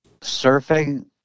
surfing